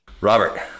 Robert